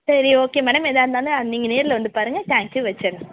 சரி okay madam ஏதா இருந்தாலும் நீங்கள் நேரில் வந்து பாருங்க தேங்க்யூ வச்சுறேன்